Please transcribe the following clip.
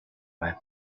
way